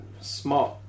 smart